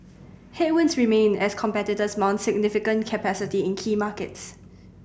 headwinds remain as competitors mount significant capacity in key markets